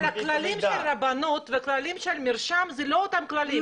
אבל הכללים של הרבנות והכללים של המרשם זה לא אותם כללים.